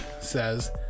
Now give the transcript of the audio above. says